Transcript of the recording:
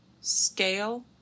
scale